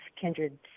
kindred